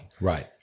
Right